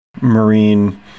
Marine